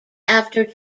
after